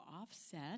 offset